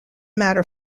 matter